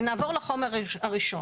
נעבור לחומר הראשון.